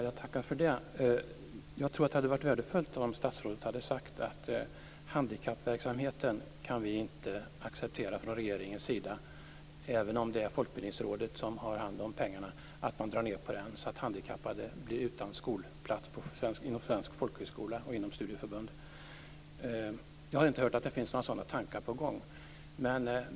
Fru talman! Jag tackar för det. Det hade varit värdefullt om statsrådet hade sagt att regeringen inte kan acceptera - även om Folkbildningsrådet har hand om pengarna - att Folkbildningsrådet drar ned på pengarna så att handikappade blir utan skolplats inom svensk folkhögskoleverksamhet och studieförbund. Jag har inte hört att det finns några sådana tankar.